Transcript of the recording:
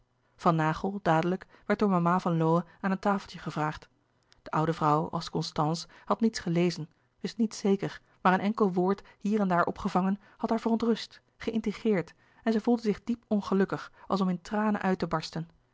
van naghel dadelijk werd door mama van lowe aan een tafeltje gevraagd de oude vrouw als constance had niets gelezen wist niets zeker maar een enkel woord hier en daar opgevangen had haar verontrust geïntrigeerd en zij voelde zich diep ongelukkig als om in tranen uit te barsten